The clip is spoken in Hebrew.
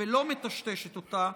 ולא מטשטשת אותה,